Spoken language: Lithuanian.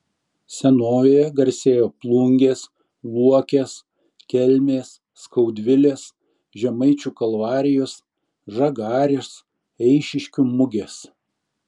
senovėje garsėjo plungės luokės kelmės skaudvilės žemaičių kalvarijos žagarės eišiškių mugės